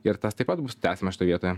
ir tas taip pat bus tęsiama šitoj vietoje